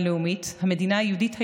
המדינה היהודית היחידה,